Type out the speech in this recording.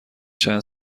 چند